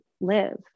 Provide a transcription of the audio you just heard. live